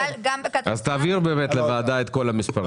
תעביר לוועדה את כל המספרים.